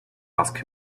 ask